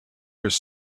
his